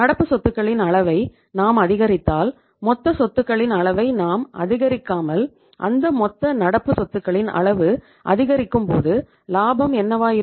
நடப்பு சொத்துகளின் அளவை நாம் அதிகரித்தால் மொத்த சொத்துக்களின் அளவை நாம் அதிகரிக்காமல் அந்த மொத்த நடப்பு சொத்துகளின் அளவு அதிகரிக்கும்போது லாபம் என்னவாயிருக்கும்